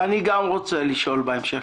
לשאול בהמשך.